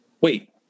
wait